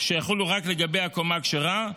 שיחולו רק לגבי הקומה הכשרה,